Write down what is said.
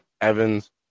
Evans